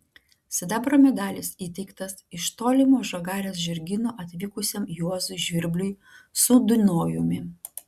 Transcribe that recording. sidabro medalis įteiktas iš tolimo žagarės žirgyno atvykusiam juozui žvirbliui su dunojumi